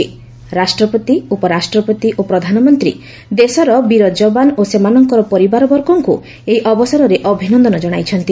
ରାଷ୍ଟ୍ରପତି ଉପରାଷ୍ଟ୍ରପତି ଓ ପ୍ରଧାନମନ୍ତ୍ରୀ ଦେଶର ବୀର ଯବାନ ଓ ସେମାନଙ୍କର ପରିବାରବର୍ଗଙ୍କୁ ଏହି ଅବସରରେ ଅଭିନନ୍ଦନ ଜଣାଇଚ୍ଚନ୍ତି